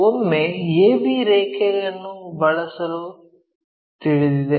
ಒಮ್ಮೆ ab ರೇಖೆಯನ್ನು ಬಳಸಲು ತಿಳಿದಿದೆ